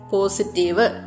Positive